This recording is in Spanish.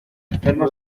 enferma